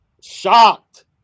shocked